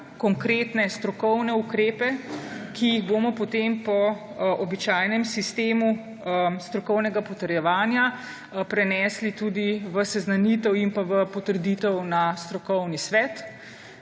konkretne strokovne ukrepe, ki jih bomo potem po običajnem sistemu strokovnega potrjevanja prenesli tudi v seznanitev in v potrditev na Strokovni svet